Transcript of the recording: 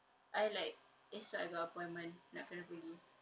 I like esok I got appointment nak kena pergi